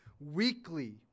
weekly